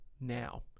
Now